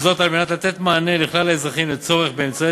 זאת, על מנת לתת מענה לכלל האזרחים לצורך באמצעי